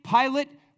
Pilate